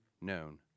known